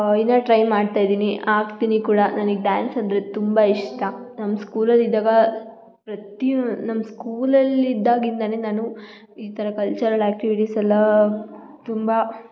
ಇನ್ನೂ ಟ್ರೈ ಮಾಡ್ತಾ ಇದ್ದೀನಿ ಆಗ್ತೀನಿ ಕೂಡ ನನಿಗೆ ಡ್ಯಾನ್ಸ್ ಅಂದರೆ ತುಂಬ ಇಷ್ಟ ನಮ್ಮ ಸ್ಕೂಲಲ್ಲಿದ್ದಾಗ ಪ್ರತಿ ಒಂದು ನಮ್ಮ ಸ್ಕೂಲಲ್ಲಿ ಇದ್ದಾಗಿಂದಲೇ ನಾನು ಈ ಥರ ಕಲ್ಚರಲ್ ಆಕ್ಟಿವಿಟೀಸ್ ಎಲ್ಲ ತುಂಬ